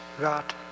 God